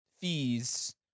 fees